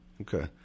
Okay